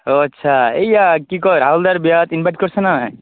অঁ আচ্ছা এইয়া কি কয় ৰাহুল দাৰ বিয়াত ইনভাইট কৰিছে নে নাই